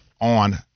on